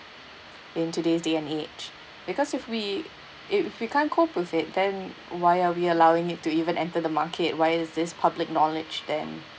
in today's day and age because if we if we can't cope with it then why are we allowing it to even enter the market why is this public knowledge then